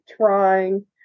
trying